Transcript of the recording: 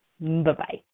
Bye-bye